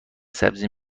سبزی